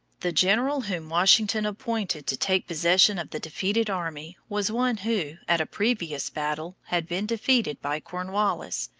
the general whom washington appointed to take possession of the defeated army was one who, at a previous battle, had been defeated by cornwallis,